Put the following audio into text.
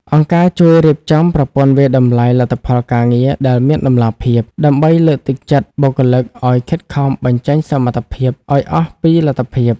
អង្គការជួយរៀបចំប្រព័ន្ធវាយតម្លៃលទ្ធផលការងារ ដែលមានតម្លាភាព ដើម្បីលើកទឹកចិត្តបុគ្គលិកឱ្យខិតខំបញ្ចេញសមត្ថភាពឱ្យអស់ពីលទ្ធភាព។